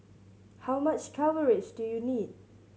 how much coverage do you need